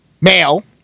male